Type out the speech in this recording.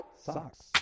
Socks